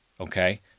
okay